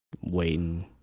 Waiting